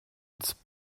its